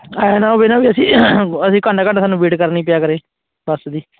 ਐ ਨਾ ਹੋਵੇ ਨਾ ਵੀ ਅਸੀਂ ਅਸੀਂ ਘੰਟਾ ਘੰਟਾ ਸਾਨੂੰ ਵੇਟ ਕਰਨੀ ਪਿਆ ਕਰੇ ਬੱਸ ਦੀ